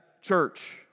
Church